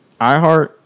iHeart